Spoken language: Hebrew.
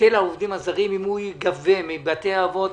אם ההיטל על העובדים הזרים ייגבה מבתי האבות,